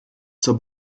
zur